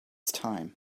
time